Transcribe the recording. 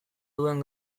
duen